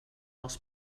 els